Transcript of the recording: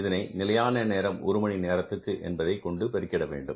இதனை நிலையான நேரம் ஒரு மணி நேரத்திற்கு என்பதைக் கொண்டு பெருகிட வேண்டும்